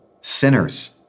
sinners